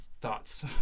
Thoughts